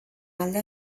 alde